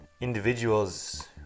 individuals